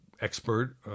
expert